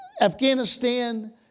Afghanistan